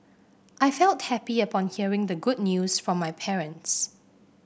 I felt happy upon hearing the good news from my parents